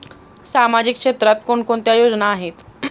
सामाजिक क्षेत्रात कोणकोणत्या योजना आहेत?